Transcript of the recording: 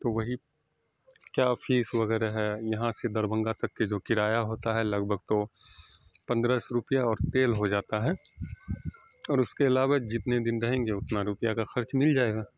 تو وہی کیا فیس وغیرہ ہے یہاں سے دربھنگہ تک کے جو کرایہ ہوتا ہے لگ بھگ تو پندرہ سو روپیہ اور تیل ہو جاتا ہے اور اس کے علاوہ جتنے دن رہیں گے اتنا روپیہ کا خرچ مل جائے گا